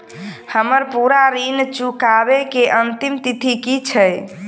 हम्मर पूरा ऋण चुकाबै केँ अंतिम तिथि की छै?